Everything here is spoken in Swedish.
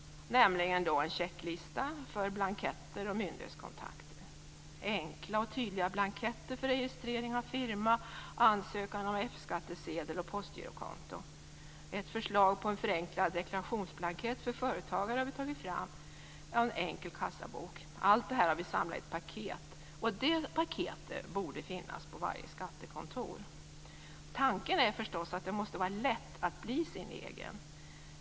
Det är nämligen följande: Allt detta har vi samlat i ett paket. Det paketet borde finnas på varje skattekontor. Tanken är förstås att det måste vara lätt att bli sin egen.